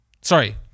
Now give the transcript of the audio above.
Sorry